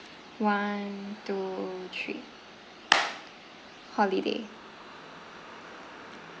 one two three holiday